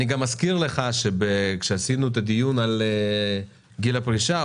אני גם מזכיר לך שכאשר עשינו את הדיון על גיל הפרישה,